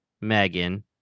Megan